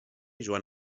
joan